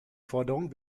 forderungen